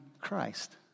Christ